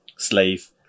slave